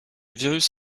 virus